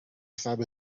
sabe